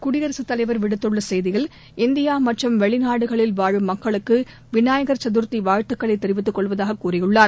குடியரசுத் தலைவர் விடுத்துள்ள செய்தியில் இந்தியா மற்றும் வெளிநாடுகளில் வாழும் மக்களுக்கு விநாயகர் சதுர்த்தி வாழ்த்துக்களைத் தெரிவித்துக் கொள்வதாகக் கூறியுள்ளார்